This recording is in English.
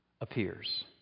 appears